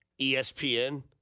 ESPN